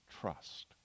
trust